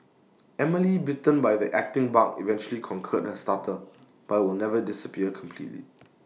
Emily bitten by the acting bug eventually conquered her stutter but will never disappear completely